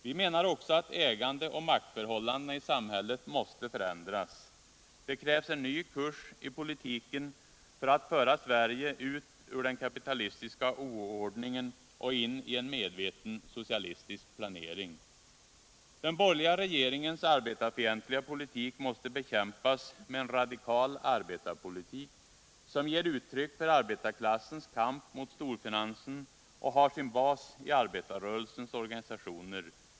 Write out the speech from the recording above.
Vi menar också att ägandeoch maktförhållandena i samhället måste förändras. Det krävs en ny kurs i politiken för att föra Sverige ut ur den kapitalistiska oordningen och in i en medveten socialistisk planering. Den borgerliga regeringens arbetarfientliga politik måste bekämpas med en radikal arbetarpolitik, som ger uttryck för arbetsklassens kamp mot storfinansen och har sin bas i arbetarrörelsens organisationer.